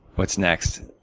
what's next?